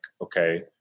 okay